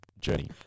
journey